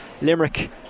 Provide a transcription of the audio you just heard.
Limerick